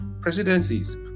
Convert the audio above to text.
presidencies